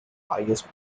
highest